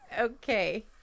Okay